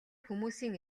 хүмүүсийн